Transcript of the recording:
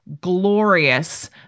glorious